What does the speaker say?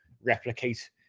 replicate